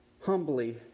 humbly